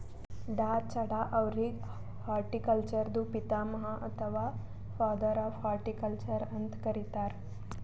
ಡಾ.ಚಢಾ ಅವ್ರಿಗ್ ಹಾರ್ಟಿಕಲ್ಚರ್ದು ಪಿತಾಮಹ ಅಥವಾ ಫಾದರ್ ಆಫ್ ಹಾರ್ಟಿಕಲ್ಚರ್ ಅಂತ್ ಕರಿತಾರ್